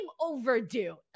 overdue